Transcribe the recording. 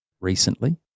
recently